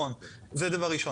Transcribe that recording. זה דבר ראשון.